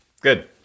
Good